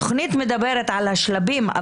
התוכנית מדברת על השלבים,